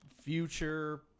future